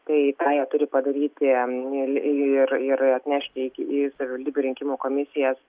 tai ką jie turi padarytiir ir ir atnešti iki į savivaldybių rinkimų komisijas